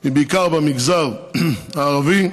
היא בעיקר במגזר הערבי,